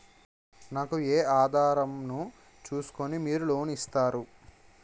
నాకు ఏ ఆధారం ను చూస్కుని మీరు లోన్ ఇస్తారు?